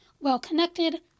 Well-connected